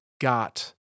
got